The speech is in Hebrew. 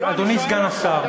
אדוני סגן השר,